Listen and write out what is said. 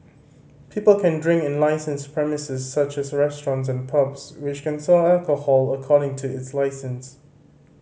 people can drink in licensed premises such as restaurants and pubs which can sell alcohol according to its licence